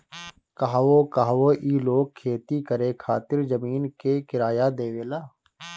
कहवो कहवो ई लोग खेती करे खातिर जमीन के किराया देवेला